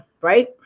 right